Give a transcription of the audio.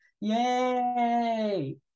Yay